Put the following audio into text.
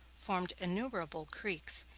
formed innumerable creeks,